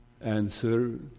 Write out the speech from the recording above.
Answer